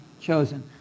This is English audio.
chosen